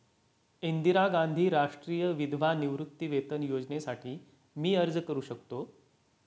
इंदिरा गांधी राष्ट्रीय विधवा निवृत्तीवेतन योजनेसाठी मी अर्ज करू शकतो?